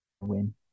win